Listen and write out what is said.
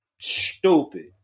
stupid